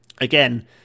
Again